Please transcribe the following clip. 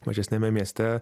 mažesniame mieste